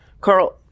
Carl